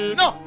no